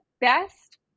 Best